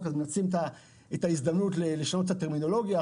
מנצלים את ההזדמנות לשנות את הטרמינולוגיה.